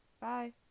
bye